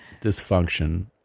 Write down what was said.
dysfunction